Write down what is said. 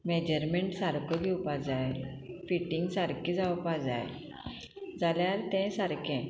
measurement सारको घेवपा जाय फिटींग सारकी जावपा जाय जाल्यार तें सारकें